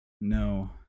no